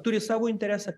turi savo interesą